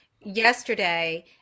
yesterday